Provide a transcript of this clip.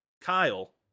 Kyle